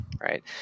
right